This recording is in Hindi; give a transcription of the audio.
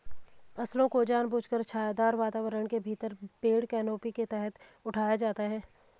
फसलों को जानबूझकर छायादार वातावरण के भीतर पेड़ कैनोपी के तहत उठाया जाता है